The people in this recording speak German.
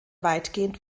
weitgehend